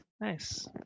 Nice